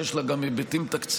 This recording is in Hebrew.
שיש לה גם היבטים תקציביים,